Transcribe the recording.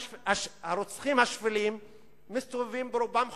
הרוצחים השפלים מסתובבים ברובם חופשי.